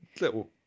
Little